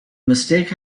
mistake